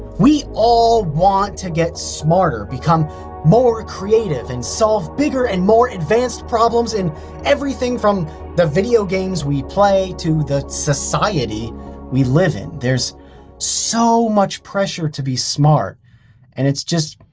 we all want to get smarter, become more creative, and solve bigger and more advanced problems in everything from the video games we play to the society we live in. there's so much pressure to be smart and it's just.